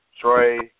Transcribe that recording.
Trey